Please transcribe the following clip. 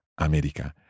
América